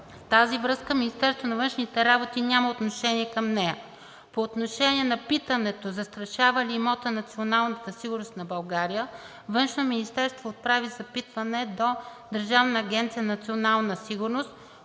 в тази връзка Министерството на външните работи няма отношение към нея. По отношение на питането: застрашава ли имотът националната сигурност на България – Външно министерство отправи запитване до Държавна агенция „Национална сигурност“,